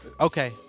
Okay